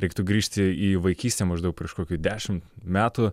reiktų grįžti į vaikystę maždaug prieš kokių dešim metų